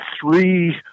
three